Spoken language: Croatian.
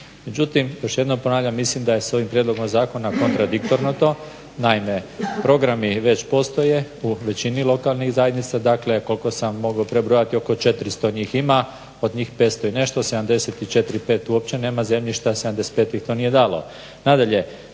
Međutim, još jednom ponavljam, mislim da je s ovim prijedlogom kontradiktorno to, naime programi već postoje u većini lokalnih zajednica. Dakle, koliko sam mogao prebrojati oko 400 njih ima, od njih 500 i nešto, 74, 75 uopće nema zemljišta, 75 ih to nije dalo.